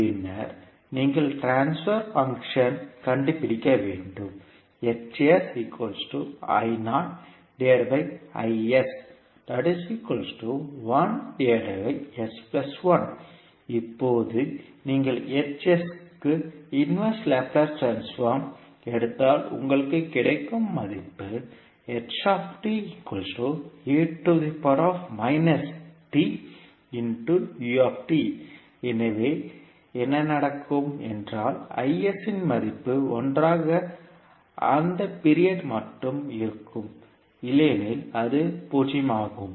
பின்னர் நீங்கள் டிரான்ஸ்பர் ஐ பங்க்ஷன் கண்டுபிடிக்க வேண்டும் இப்போது நீங்கள் க்கு இன்வேர்ட்ஸ் லாப்லேஸ் ட்ரான்ஸ்போர்ம் எடுத்தால் உங்களுக்கு கிடைக்கும் மதிப்பு எனவே என்ன என்ன நடக்கும் என்றால் Is இன் மதிப்பு ஒன்றாக அந்த பீரியட் மட்டும் இருக்கும் இல்லையெனில் அது 0 ஆகும்